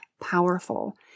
powerful